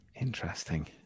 Interesting